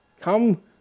come